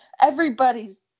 everybody's